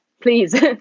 please